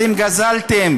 אתם גזלתם